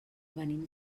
venim